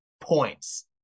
points